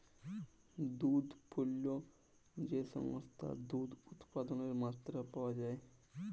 দুহুদ পল্য যে সংস্থায় দুহুদ উৎপাদলের মাত্রা পাউয়া যায়